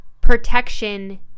protection